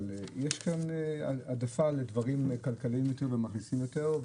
אבל יש כאן העדפה לדברים כלכליים ומכניסים יותר,